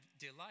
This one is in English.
delight